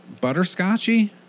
butterscotchy